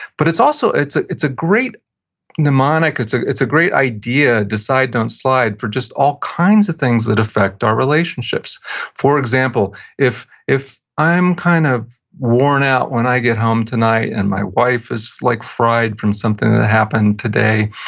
but it's also ah a great mnemonic, it's ah it's a great idea, decide don't slide, for just all kinds of things that affect our relationships for example, if if i'm kind of worn out when i get home tonight, and my wife is like fried from something that happened today,